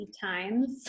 times